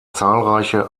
zahlreiche